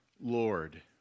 Lord